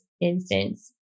instance